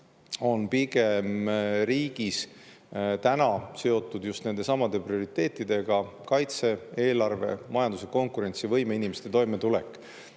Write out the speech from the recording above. on riigis täna pigem seotud just nende prioriteetidega: kaitse, eelarve, majanduse konkurentsivõime, inimeste toimetulek.